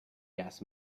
jazz